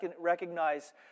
recognize